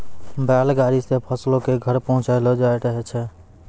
बैल गाड़ी से फसलो के घर पहुँचैलो जाय रहै